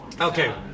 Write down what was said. Okay